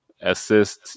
assist